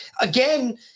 again